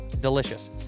delicious